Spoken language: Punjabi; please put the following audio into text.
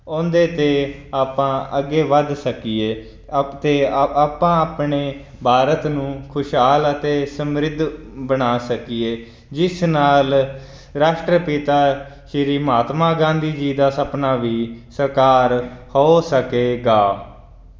ਉਹਦੇ 'ਤੇ ਆਪਾਂ ਅੱਗੇ ਵੱਧ ਸਕੀਏ ਆ ਅਤੇ ਆਪਾਂ ਆਪਣੇ ਭਾਰਤ ਨੂੰ ਖੁਸ਼ਹਾਲ ਅਤੇ ਸਮ੍ਰਿਧ ਬਣਾ ਸਕੀਏ ਜਿਸ ਨਾਲ ਰਾਸ਼ਟਰ ਪਿਤਾ ਸ੍ਰੀ ਮਹਾਤਮਾ ਗਾਂਧੀ ਜੀ ਦਾ ਸਪਨਾ ਵੀ ਸਾਕਾਰ ਹੋ ਸਕੇਗਾ